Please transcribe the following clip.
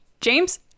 James